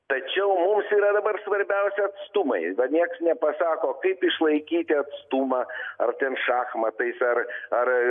tačiau mums yra dabar svarbiausia atstumai va nieks nepasako kaip išlaikyti atstumą ar ten šachmatais ar ar